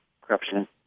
corruption